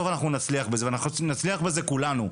אנחנו נצליח בזה, ונצליח בזה כולנו.